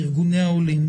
ארגוני העולים,